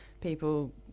people